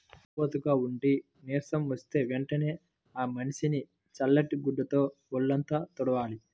ఉక్కబోతగా ఉండి నీరసం వస్తే వెంటనే ఆ మనిషిని చల్లటి గుడ్డతో వొళ్ళంతా తుడవాలి